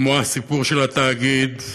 כמו הסיפור של התאגיד,